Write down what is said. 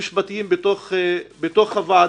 "בשלב זה היועץ המשפטי מתנגד לקידום הצעת החוק האמורה."